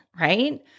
right